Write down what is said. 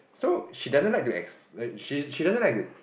so she doesn't like to ex~ she she doesn't like to